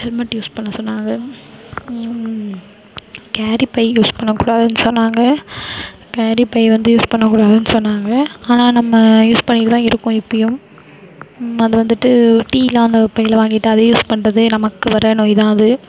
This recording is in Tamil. ஹெல்மெட் யூஸ் பண்ண சொன்னாங்க கேரி பை யூஸ் பண்ணக்கூடாதுன்னு சொன்னாங்க கேரி பை வந்து யூஸ் பண்ணக்கூடாதுன்னு சொன்னாங்க ஆனால் நம்ம யூஸ் பண்ணிக்கிட்டுதான் இருக்கோம் இப்பயும் அது வந்துவிட்டு டீலாம் அந்த பையில் வாங்கிகிட்டு அதை யூஸ் பண்ணுறது நமக்கு வர நோய் தான் அது